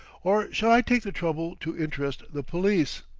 or shall i take the trouble to interest the police?